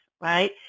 right